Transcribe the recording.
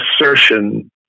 assertion